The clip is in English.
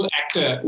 actor